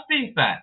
defense